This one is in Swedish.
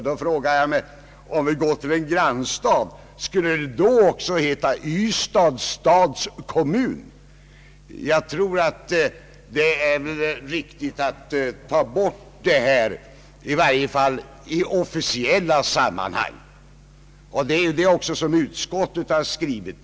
Då frågar jag mig, om vi går till en annan stad, skulle det då också heta Ystads stads kommun? Jag tycker att det är riktigt att ta bort benämningen stad, åtminstone i officiella sammanhang. Det är detta utskottet har skrivit.